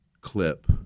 clip